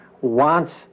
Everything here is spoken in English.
wants